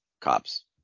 cops